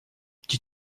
dites